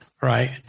Right